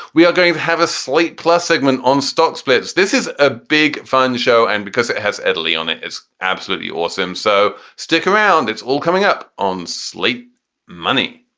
we are going to have a slate plus segment on stock splits. this is a big fun show. and because it has italy on it, it's absolutely awesome. so stick around. it's all coming up on sleep money.